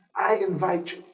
i invite you.